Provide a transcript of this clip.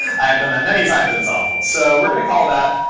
i have done that many times, and it's awful. so we're going to call that,